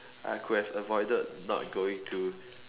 I could have avoided not going to